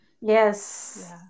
yes